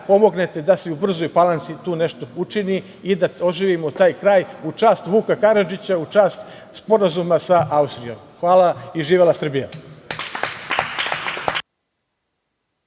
pomognete da se i u Brzoj Palanci tu nešto učini i da oživimo taj kraj, u čast Vuka Karadžića, u čast Sporazuma sa Austrijom. Hvala. Živela Srbija.